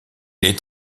est